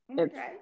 Okay